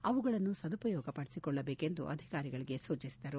ಅವುಗಳನ್ನು ಸದುಪಯೋಗಪಡಿಸಿಕೊಳ್ಳಬೇಕೆಂದು ಅಧಿಕಾರಿಗಳಿಗೆ ಸೂಚಿಸಿದರು